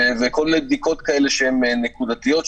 וכל מיני בדיקות נקודתיות כאלה,